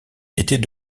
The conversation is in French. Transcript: était